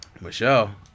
Michelle